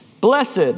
Blessed